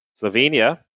Slovenia